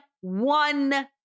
one